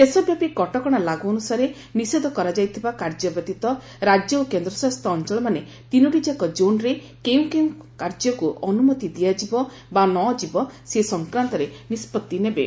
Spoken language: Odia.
ଦେଶବାପୀ କଟକଣା ଲାଗୁ ଅନୁସାରେ ନିଷେଧ କରାଯାଇଥିବା କାର୍ଯ୍ୟ ବ୍ୟତୀତ ରାଜ୍ୟ ଓ କେନ୍ଦ୍ରଶାସିତ ଅଞ୍ଚଳମାନେ ତିନୋଟିଯାକ ଜୋନ୍ରେ କେଉଁକେଉଁ କାର୍ଯ୍ୟକୁ ଅନୁମତି ଦିଆଯିବ ବା ନଯିବ ସେ ସଂକାନ୍ତରେ ନିଷ୍ପଭି ନେବେ